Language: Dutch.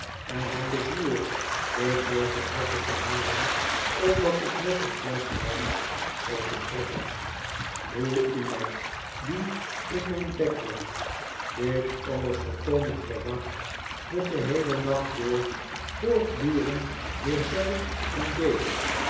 en hem bezwoer den kurketrekker te halen opdat ik nog een flesch wijn kon opentrekken hoe iemand die in mijn bed lag dit alles volkomen verward den geheelen nacht door voortdurend weer zei en deed